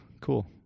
cool